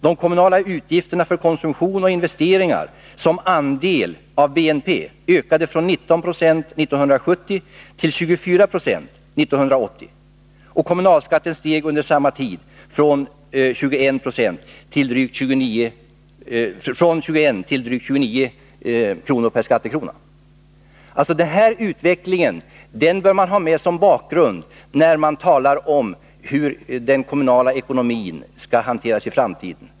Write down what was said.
De kommunala utgifterna som andel av BNP ökade från 19 procent 1970 till 24 procent 1980. Kommunalskatten steg under samma tid från 21 till drygt 29 kr./skkr.” Denna utveckling bör man ha med som bakgrund när man talar om hur den kommunala ekonomin skall hanteras i framtiden.